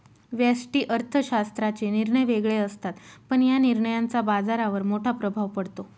व्यष्टि अर्थशास्त्राचे निर्णय वेगळे असतात, पण या निर्णयांचा बाजारावर मोठा प्रभाव पडतो